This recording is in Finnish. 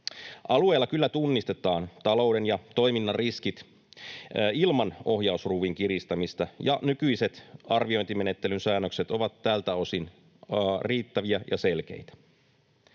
Alueilla kyllä tunnistetaan talouden ja toiminnan riskit ilman ohjausruuvin kiristämistä, ja nykyiset arviointimenettelyn säännökset ovat tältä osin riittäviä ja selkeitä.